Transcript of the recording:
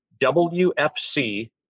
wfc